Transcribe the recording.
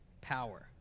power